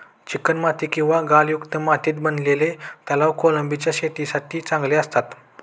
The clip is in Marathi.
चिकणमाती किंवा गाळयुक्त मातीत बनवलेले तलाव कोळंबीच्या शेतीसाठी चांगले असतात